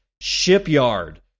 Shipyard